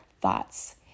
thoughts